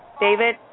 David